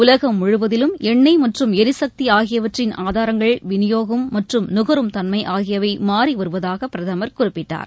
உலகம் முழுவதிலும் எண்ணெய் மற்றும் எரிசக்தி ஆகியவற்றின் ஆதாரங்கள் விநியோகம் மற்றும் நுகரும் தன்மை ஆகியவை மாறி வருவதாக பிரதமர் குறிப்பிட்டார்